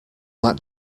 that